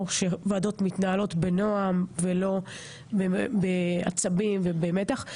שוועדות מתנהלות בנועם ולא בעצבים ובמתח.